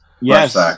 Yes